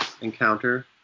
encounter